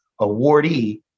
awardee